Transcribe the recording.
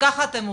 ככה אתם עובדים.